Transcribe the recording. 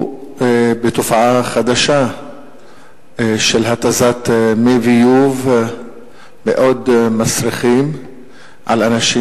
בתופעה חדשה של התזת מי-ביוב מאוד מסריחים על אנשים,